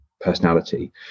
personality